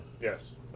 Yes